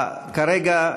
כרגע,